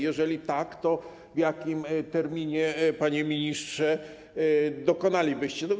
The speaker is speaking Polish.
Jeżeli tak, to w jakim terminie, panie ministrze, dokonalibyście tego?